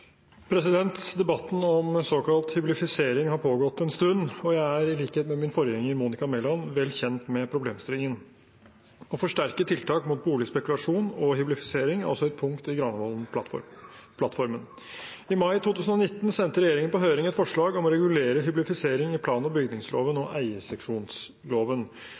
Debatten om såkalt hyblifisering har pågått en stund, og jeg er, i likhet med min forgjenger Monica Mæland, vel kjent med problemstillingen. Å forsterke tiltak mot boligspekulasjon og hyblifisering er også et punkt i Granavolden-plattformen. I mai 2019 sendte regjeringen på høring et forslag om å regulere hyblifisering i plan- og bygningsloven og eierseksjonsloven.